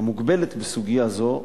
המוגבלת בסוגיה זו,